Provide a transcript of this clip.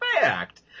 fact